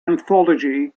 anthology